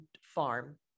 farm